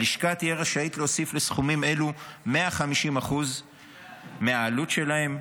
הלשכה תהיה רשאית להוסיף לסכומים אלו 150% מהעלות שלהם,